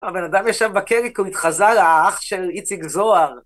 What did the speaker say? הבן אדם ישב בקריק, הוא התחזר לאח של איציק זוהר.